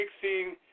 fixing